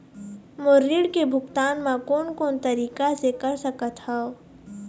मोर ऋण के भुगतान म कोन कोन तरीका से कर सकत हव?